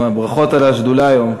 גם ברכות על השדולה היום,